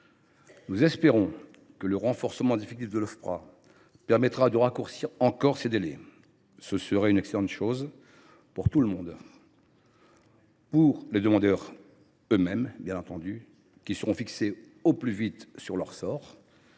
Nous espérons que le renforcement des effectifs de l’Ofpra permettra de raccourcir encore les délais. Ce serait une excellente chose pour tout le monde : d’abord, pour les demandeurs eux mêmes, qui seraient fixés au plus vite sur leur sort